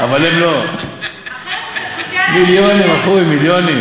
כנראה מי שחשב על זה הבין מה הוא עושה.